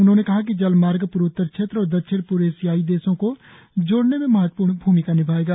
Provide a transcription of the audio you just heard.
उन्होंने कहा कि जलमार्ग पूर्वोत्तर क्षेत्र और दक्षिण पूर्व एशियाई देशों को जोड़ने में महत्वपूर्ण भूमिका निभायेगा